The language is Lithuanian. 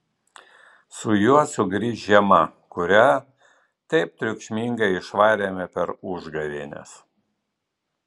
su juo sugrįš žiema kurią taip triukšmingai išvarėme per užgavėnes